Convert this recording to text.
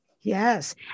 yes